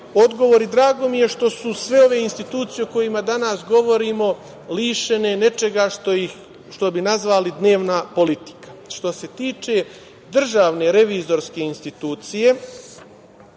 odgovor. Drago mi je što su sve ove institucije o kojima danas govorimo lišene nečega što bi nazvali dnevna politika. Što se tiče DRI, to je jako važna institucija